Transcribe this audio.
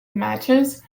matches